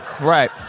Right